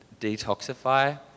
detoxify